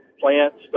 plants